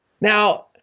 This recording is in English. Now